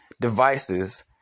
devices